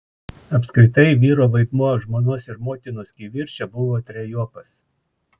apskritai vyro vaidmuo žmonos ir motinos kivirče buvo trejopas